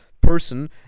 person